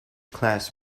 class